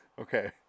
Okay